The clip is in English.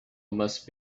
must